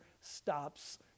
stops